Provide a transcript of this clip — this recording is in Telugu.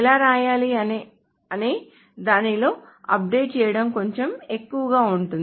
ఎలా వ్రాయాలి అనే దానిలో అప్డేట్ చేయడం కొంచెం ఎక్కువగా ఉంటుంది